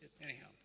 Anyhow